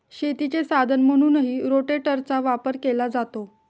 शेतीचे साधन म्हणूनही रोटेटरचा वापर केला जातो